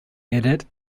edit